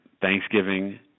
Thanksgiving